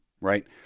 right